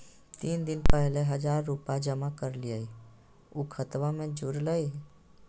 तीन दिन पहले हजार रूपा जमा कैलिये, ऊ खतबा में जुरले?